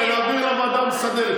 להעביר לוועדה המסדרת,